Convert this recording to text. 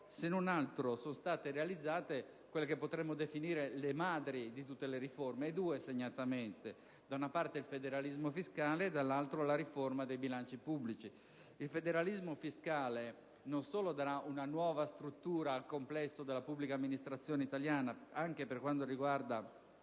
se non altro sono state realizzate quelle che potremmo definire le madri di tutte le riforme. Mi riferisco segnatamente a due riforme: il federalismo fiscale e la riforma dei bilanci pubblici. Il federalismo fiscale non solo darà una nuova struttura al complesso della pubblica amministrazione italiana (anche per quanto riguarda